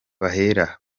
bahera